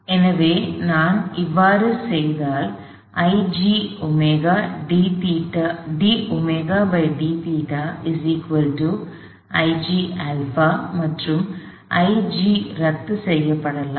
எனவே நான் அவ்வாறு செய்தால் மற்றும் IG ரத்து செய்யப்படலாம்